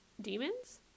demons